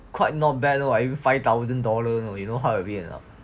quite not bad loh I win five thousand dollar you know you know how I win